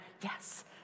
yes